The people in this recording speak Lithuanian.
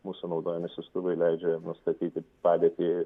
mūsų naudojami siųstuvai leidžia nustatyti padėtį